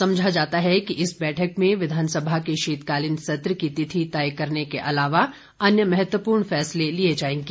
समझा जाता है कि इस बैठक में विधानसभा के शीतकालीन सत्र की तिथि तय करने के अलावा अन्य महत्वपूर्ण फैसले लिए जाएंगे